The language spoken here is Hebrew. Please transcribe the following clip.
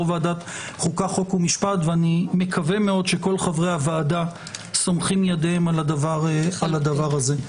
ועדת החוקה חוק ומשפט ומקווה שכל חברי הוועדה סומכים ידיהם על הדבר הזה.